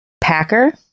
packer